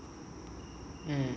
mmhmm